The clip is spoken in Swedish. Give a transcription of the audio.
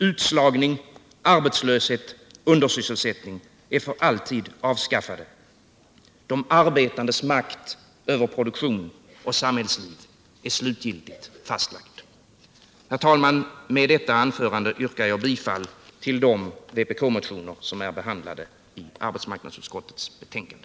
Utslagning, arbetslöshet, undersysselsättning är för alltid avskaffade. De arbetandes makt över produktionen och samhällslivet är slutgiltigt fastställd. Herr talman! Med detta anförande yrkar jag bifall till de vpk-motioner som är behandlade i arbetsmarknadsutskottets betänkande.